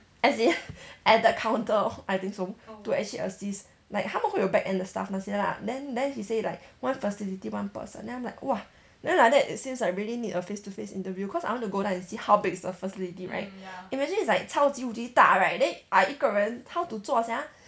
as in at the counter I think so to actually assist like 他们会有 back end 的 staff 那些啦 then then he say like one facility one person then I'm like !wah! then like that it seems like really need a face to face interview cause I want to go down and see how big is the facility right imagine it's like 超级无敌大 right then I 一个人 how to 做 sia